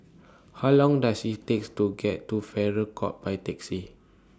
How Long Does IT takes to get to Farrer Court By Taxi